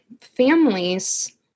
families